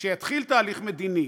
כשיתחיל תהליך מדיני,